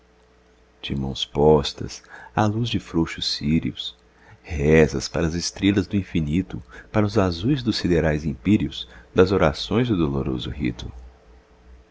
de mãos postas à luz de frouxos círios rezas para as estrelas do infinito para os azuis dos siderais empíreos das orações o doloroso rito